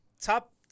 top